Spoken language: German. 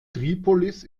tripolis